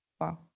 Wow